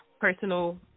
personal